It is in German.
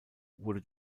wurde